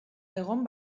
egon